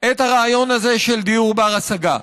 את הרעיון הזה של דיור בר-השגה.